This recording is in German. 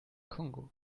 kongo